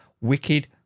Wicked